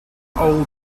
old